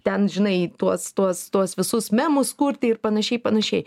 ten žinai tuos tuos tuos visus memus kurti ir panašiai panašiai